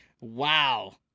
Wow